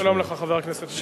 שלום לך, חבר הכנסת מולה.